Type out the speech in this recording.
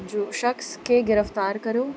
जो शख़्स खे गिरफ़्तारु करो